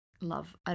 love